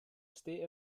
state